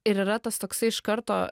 ir yra tas toksai iš karto